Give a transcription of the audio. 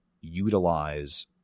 utilize